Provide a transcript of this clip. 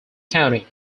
county